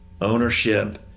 ownership